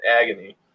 agony